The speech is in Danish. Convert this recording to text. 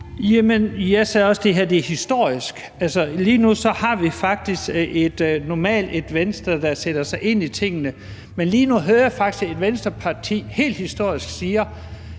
her er historisk. Altså, normalt har vi et Venstre, der sætter sig ind i tingene, men lige nu hører jeg faktisk, at Venstre helt historisk siger: